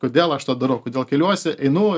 kodėl aš tą darau kodėl keliuosi einu